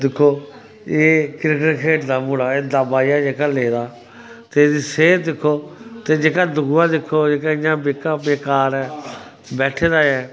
दिक्खो एह् क्रिकेट खेलदा मुड़ा एह् दाबा जेहा लेदा ते एह्दी सेह्त दिक्खो ते जेह्का दूआ दिक्खो जेह्डडा बेकार ऐ बैठे दा ऐ